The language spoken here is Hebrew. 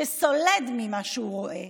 שסולד ממה שהוא רואה.